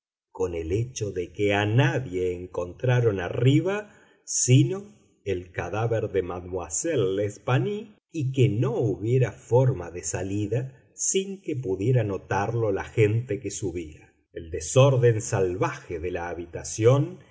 con el hecho de que a nadie encontraron arriba sino el cadáver de mademoiselle l'espanaye y que no hubiera forma de salida sin que pudiera notarlo la gente que subía el desorden salvaje de la habitación